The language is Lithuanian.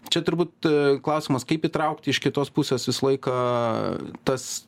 čia turbūt klausimas kaip įtraukt iš kitos pusės visą laiką tas